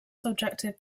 subjective